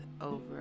over